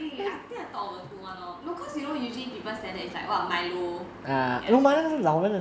eh I think I thought one good one lor no cause you know usually people standard is like milo ya that name